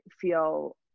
feel